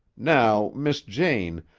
now, miss jane,